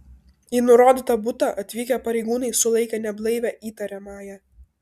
į nurodytą butą atvykę pareigūnai sulaikė neblaivią įtariamąją